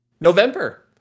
November